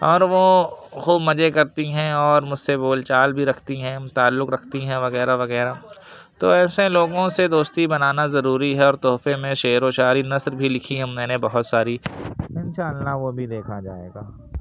اور وہ خوب مزے کرتی ہیں اور مجھ سے بول چال بھی رکھتی ہیں تعلق رکھتی ہیں وغیرہ وغیرہ تو ایسے لوگوں سے دوستی بنانا ضروری ہے اور تحفے میں شعر و شاعری نثر بھی لکھی ہے میں نے بہت ساری انشاء اللہ وہ بھی دیکھا جائے گا